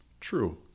true